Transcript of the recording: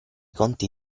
conti